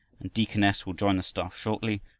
and deaconess, will join the staff shortly,